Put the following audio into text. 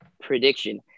prediction